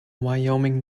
wyoming